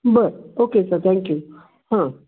बरं okay sir thank you हां